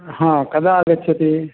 हा कदा आगच्छति